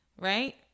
Right